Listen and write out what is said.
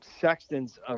Sexton's